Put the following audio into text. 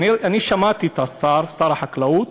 אני שמעתי את השר, שר החקלאות,